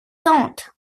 tantes